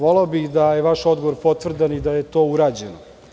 Voleo bih da je vaš odgovor potvrdan i da je to urađeno.